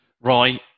Right